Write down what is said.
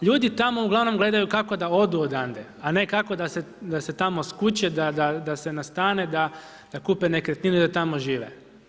Ljudi tamo uglavnom gledaju kako da odu odande a ne kako da se tamo skuče, da se nastane, da kupe nekretninu i da tamo žive.